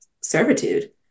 servitude